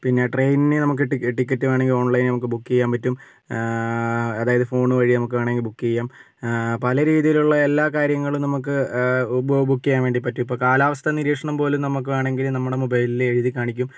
പിന്നേ ട്രെയിന് നമുക്ക് ടിക്കറ്റ് വേണമെങ്കിൽ ഓൺലൈൻ നമുക്ക് ബുക്ക് ചെയ്യാൻ പറ്റും അതായത് ഫോണ് വഴി നമുക്ക് വേണമെങ്കില് ബുക്ക് ചെയ്യാം പല രീതിയിലുള്ള എല്ലാ കാര്യങ്ങളും നമുക്ക് ബുക്ക് ചെയ്യാൻ വേണ്ടി പറ്റും ഇപ്പോൾ കാലാവസ്ഥ നിരീക്ഷണം പോലും നമുക്ക് വേണമെങ്കിൽ മൊബൈലിൽ എഴുതി കാണിക്കും